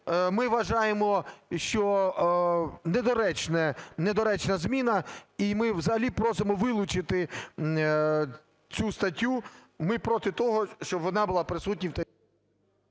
ми вважаємо, що недоречна зміна і ми взагалі просимо вилучити цю статтю, ми проти того, щоб вона була присутня…